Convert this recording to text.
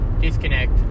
disconnect